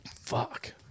Fuck